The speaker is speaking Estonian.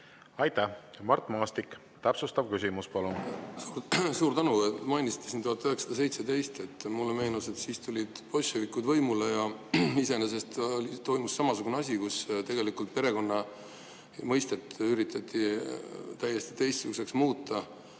Aitäh! Mart Maastik, täpsustav küsimus, palun! Suur tänu! Te mainisite siin aastat 1917. Mulle meenus, et siis tulid bolševikud võimule ja iseenesest toimus samasugune asi – tegelikult perekonna mõistet üritati täiesti teistsuguseks muuta.